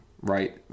right